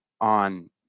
on